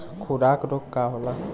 खुरहा रोग का होला?